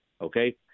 okay